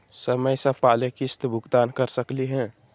समय स पहले किस्त भुगतान कर सकली हे?